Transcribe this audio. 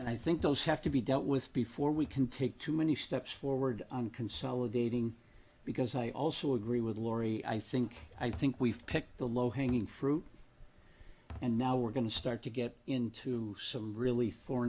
and i think those have to be dealt with before we can take too many steps forward on consolidating because i also agree with laurie i think i think we've picked the low hanging fruit and now we're going to start to get into some really